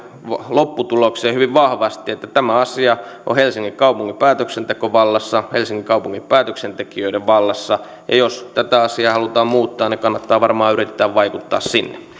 lopputulokseen että tämä asia on helsingin kaupungin päätöksentekovallassa helsingin kaupungin päätöksentekijöiden vallassa ja jos tätä asiaa halutaan muuttaa niin kannattaa varmaan yrittää vaikuttaa sinne